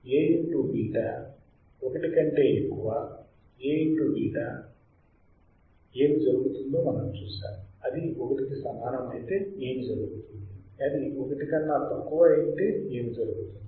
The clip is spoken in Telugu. Aβ 1 కంటే ఎక్కువ A ఏమి జరుగుతుందో మనం చూశాము అది 1 కి సమానం అయితే ఏమి జరుగుతుంది ఇది 1 కన్నా తక్కువ ఉంటే ఏమి జరుగుతుంది